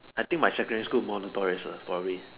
I think my secondary school more notorious uh probably